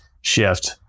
shift